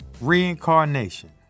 Reincarnation